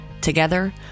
Together